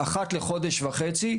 אחת לחודש וחצי,